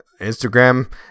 Instagram